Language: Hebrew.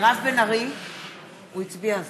זוהיר הצביע.